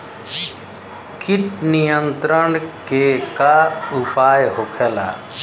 कीट नियंत्रण के का उपाय होखेला?